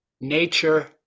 nature